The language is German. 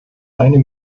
einem